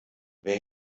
wer